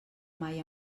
mai